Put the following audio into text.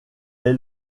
est